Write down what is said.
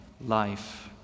life